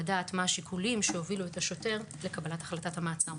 לדעת מה השיקולים שהובילו את השוטר לקבלת החלטת המעצר.